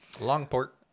Longport